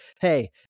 hey